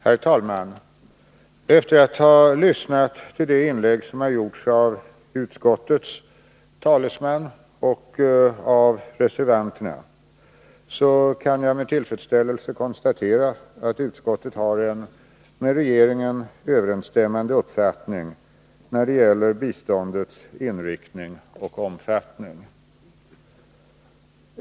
Herr talman! Efter att ha lyssnat till de inlägg som har gjorts av utskottets talesman och av reservanterna kan jag med tillfredsställelse konstatera att utskottet har en med regeringen överensstämmande uppfattning när det gäller biståndets inriktning och omfattning.